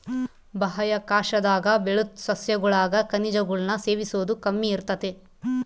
ಬಾಹ್ಯಾಕಾಶದಾಗ ಬೆಳುದ್ ಸಸ್ಯಗುಳಾಗ ಖನಿಜಗುಳ್ನ ಸೇವಿಸೋದು ಕಮ್ಮಿ ಇರ್ತತೆ